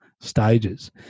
stages